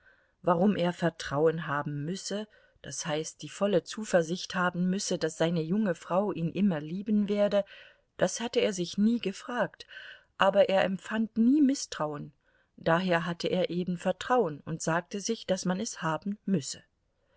warum er vertrauen haben müsse das heißt die volle zuversicht haben müsse daß seine junge frau ihn immer lieben werde das hatte er sich nie gefragt aber er empfand nie mißtrauen daher hatte er eben vertrauen und sagte sich daß man es haben müsse